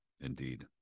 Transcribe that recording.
Indeed